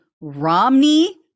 Romney